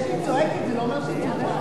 זה שהיא צועקת, זה לא אומר שהיא צודקת.